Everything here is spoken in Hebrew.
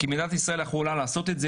כי מדינת ישראל יכולה לעשות את זה,